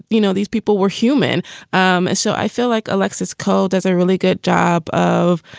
you know, these people were human um so i feel like alexis coal does a really good job of,